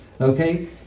Okay